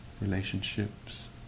relationships